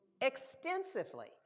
extensively